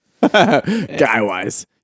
Guy-wise